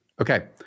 Okay